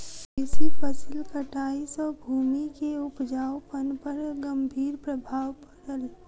बेसी फसिल कटाई सॅ भूमि के उपजाऊपन पर गंभीर प्रभाव पड़ल